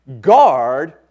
guard